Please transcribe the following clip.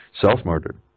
self-murdered